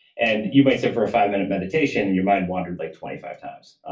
and you might sit for a five minute meditation and your mind wandered like twenty five times,